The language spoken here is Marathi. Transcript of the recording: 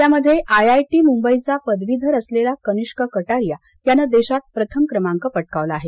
यामध्ये आय आय टी मुंबईचा पदवीधर असलेला कनिष्क कटारिया यानं देशात प्रथम क्रमांक पटकावला आहे